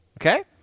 Okay